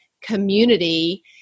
community